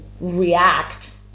react